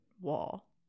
wall